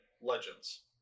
legends